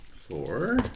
four